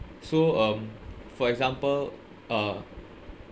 so um for example uh